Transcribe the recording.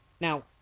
Now